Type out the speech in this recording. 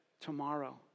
tomorrow